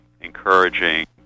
encouraging